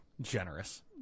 Generous